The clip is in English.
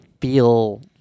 feel